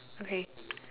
okay